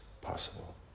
possible